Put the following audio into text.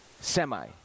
semi